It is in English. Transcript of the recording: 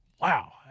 wow